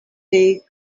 take